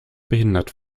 behindert